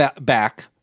Back